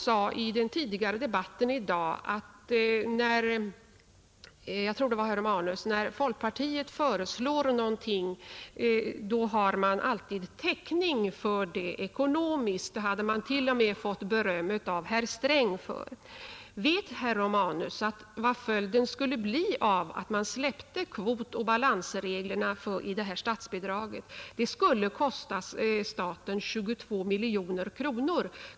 Jag tror att det var herr Romanus som i den tidigare debatten i dag sade, att när folkpartiet föreslår någonting så har man alltid ekonomisk täckning härför; det hade man till och med fått beröm av herr Sträng för. Vet herr Romanus vad följden skulle bli, om man släppte kvotoch balansreglerna för statsbidraget? Det skulle kosta staten 22 miljoner kronor.